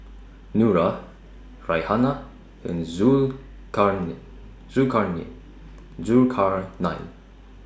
Nura Raihana and Zulkarnain